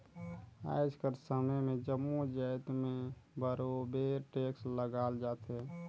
आएज कर समे में जम्मो जाएत में बरोबेर टेक्स लगाल जाथे